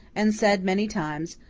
and said many times,